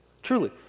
Truly